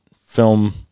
film